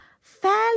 fairly